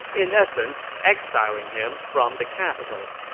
in essence exiling him from the capital.